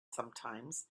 sometimes